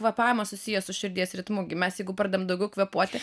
kvėpavimas susijęs su širdies ritmu gi mes jeigu parduodam daugiau kvėpuoti